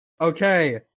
Okay